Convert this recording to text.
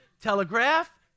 telegraph